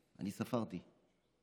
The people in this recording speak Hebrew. אני ספרתי.